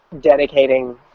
dedicating